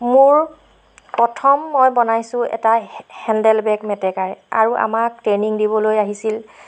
মোৰ প্ৰথম মই বনাইছোঁ এটা হে হেণ্ডেল বেগ মেটেকাৰ আৰু আমাক ট্ৰেইনিং দিবলৈ আহিছিল